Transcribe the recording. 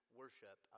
worship